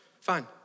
fine